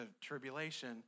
tribulation